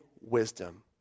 wisdom